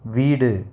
வீடு